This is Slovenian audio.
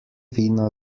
vina